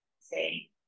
Say